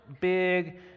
big